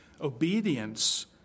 obedience